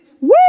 Woo